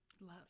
Love